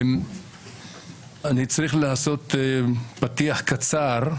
אני צריך לעשות פתיח קצר,